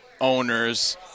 owners